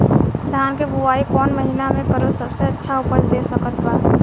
धान के बुआई कौन महीना मे करल सबसे अच्छा उपज दे सकत बा?